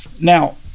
Now